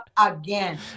again